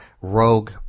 rogue